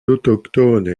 autochtones